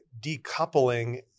decoupling